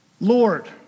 Lord